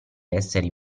essere